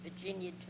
Virginia